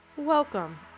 welcome